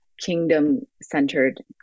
kingdom-centered